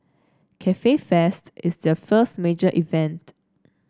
Cafe Fest is their first major event